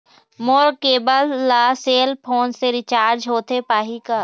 मोर cable ला cell phone से recharge होथे पाही का?